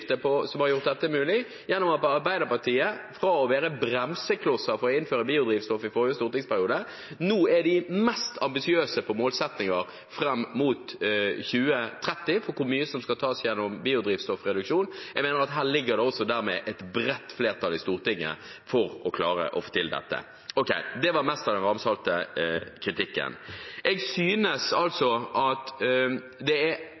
som har gjort dette mulig gjennom at Arbeiderpartiet fra å være bremsekloss for å innføre biodrivstoff i forrige stortingsperiode, nå er de mest ambisiøse på målsettinger fram mot 2030 om hvor mye som skal tas gjennom biodrivstoffreduksjon. Jeg mener at her ligger det også dermed et bredt flertall i Stortinget for å klare å få til dette. Ok – det var det meste av den ramsalte kritikken. Jeg synes altså at det er